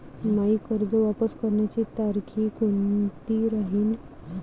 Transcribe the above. मायी कर्ज वापस करण्याची तारखी कोनती राहीन?